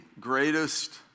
greatest